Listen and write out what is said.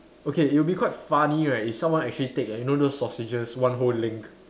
okay it will be quite funny right if someone actually take like you know those sausages one whole link